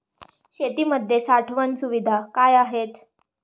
शेतीमध्ये साठवण सुविधा काय आहेत?